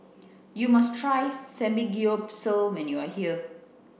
you must try Samgeyopsal when you are here